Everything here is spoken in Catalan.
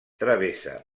travessa